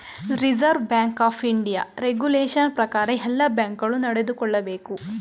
reserve Bank of India regulation ಪ್ರಕಾರ ಎಲ್ಲ bank ಗಳು ನಡೆದುಕೊಳ್ಳಬೇಕು